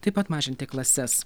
taip pat mažinti klases